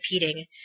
repeating